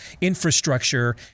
infrastructure